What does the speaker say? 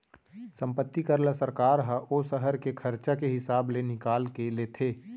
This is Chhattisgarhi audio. संपत्ति कर ल सरकार ह ओ सहर के खरचा के हिसाब ले निकाल के लेथे